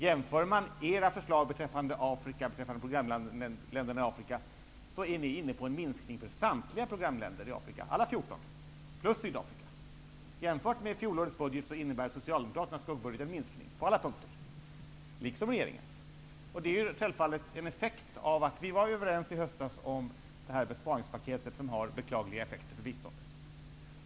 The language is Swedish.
Jämför man era förslag beträffande Afrika och programländerna i Afrika, är ni inne på en minskning för samtliga programländer i Afrika, dvs. alla 14 plus Sydafrika. Socialdemokraternas skuggbudget en minskning på alla punkter, liksom regeringens förslag i årets proposition. Det är självfallet en effekt av att vi i höstas var överens om det besparingspaket som har beklagliga effekter för biståndet.